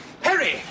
Harry